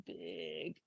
big